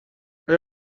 اگه